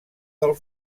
del